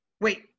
Wait